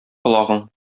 колагың